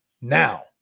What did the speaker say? now